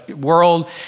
world